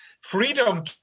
Freedom